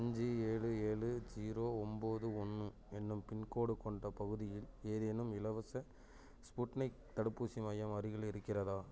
அஞ்சு ஏழு ஏழு ஜீரோ ஒம்பது ஒன்று என்னும் பின்கோடு கொண்ட பகுதியில் ஏதேனும் இலவச ஸ்புட்னிக் தடுப்பூசி மையம் அருகில் இருக்கிறதா